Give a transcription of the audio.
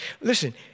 Listen